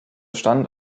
stand